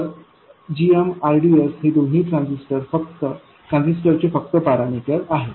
तर gmrdsहे दोन्ही ट्रान्झिस्टर चे फक्त पॅरामिटर आहेत